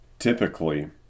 Typically